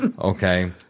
Okay